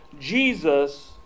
Jesus